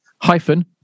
hyphen